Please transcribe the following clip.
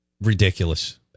ridiculous